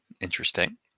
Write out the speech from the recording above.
Interesting